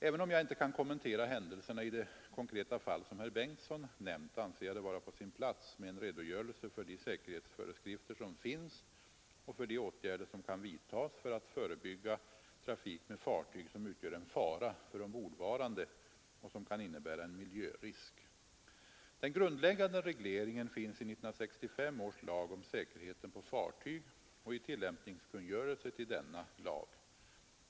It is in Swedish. Även om jag inte kan kommentera händelserna i det konkreta fall som herr Bengtsson nämnt, anser jag det vara på sin plats med en redogörelse för de säkerhetsföreskrifter som finns och för de åtgärder som kan vidtas för att förebygga trafik med fartyg som utgör en fara för ombordvarande och som kan innebära en miljörisk. Den grundläggande regleringen finns i 1965 års lag om säkerheten på fartyg och i tillämpningskungörelse till denna lag.